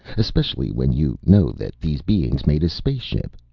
especially when you know that these beings made a spaceship?